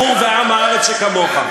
בור ועם הארץ שכמוך.